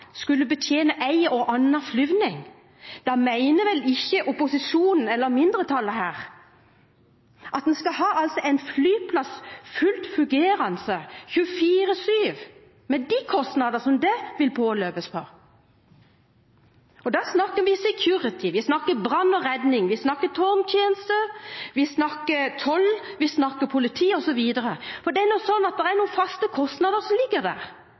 skulle betjene en og annen flyvning. Da mener vel ikke opposisjonen, eller mindretallet, at man skal ha en fullt fungerende flyplass 24/7, med de kostnadene som vil påløpe? Da snakker vi «security», vi snakker brann og redning, vi snakker togtjenester, vi snakker toll, vi snakker politi osv. For det er slik at det er noen faste kostnader som ligger der.